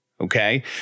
Okay